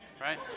Right